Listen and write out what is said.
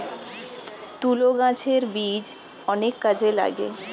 তুলো গাছের বীজ অনেক কাজে লাগে